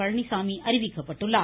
பழனிச்சாமி அறிவிக்கப்பட்டுள்ளார்